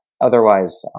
Otherwise